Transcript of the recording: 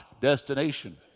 destination